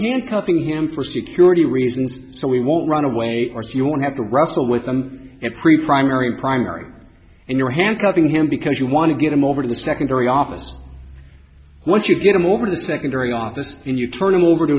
handcuffing him for security reasons so we won't run away or if you want have to wrestle with them at pre primary primary and you're handcuffing him because you want to get him over to the secondary office once you get him over the secondary office and you turn him over to